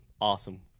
awesome